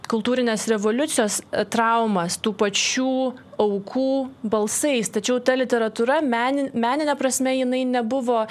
kultūrinės revoliucijos traumas tų pačių aukų balsais tačiau ta literatūra menin menine prasme jinai nebuvo